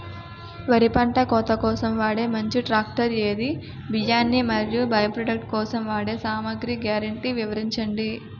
వరి పంట కోత కోసం వాడే మంచి ట్రాక్టర్ ఏది? బియ్యాన్ని మరియు బై ప్రొడక్ట్ కోసం వాడే సామాగ్రి గ్యారంటీ వివరించండి?